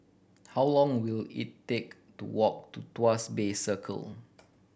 how long will it take to walk to Tuas Bay Circle